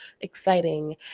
exciting